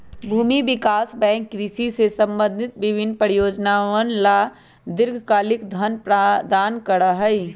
भूमि विकास बैंक कृषि से संबंधित विभिन्न परियोजनअवन ला दीर्घकालिक धन प्रदान करा हई